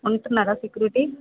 ఉంటున్నారా సెక్యూరిటి